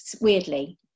weirdly